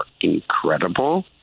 incredible